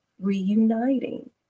reuniting